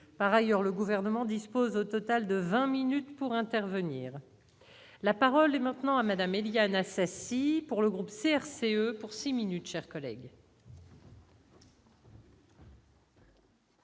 par ailleurs le gouvernement dispose au total de 20 minutes pour intervenir, la parole est maintenant à Madame Éliane Assassi pour le groupe CRC pour 6 minutes chers collègues.